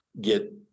get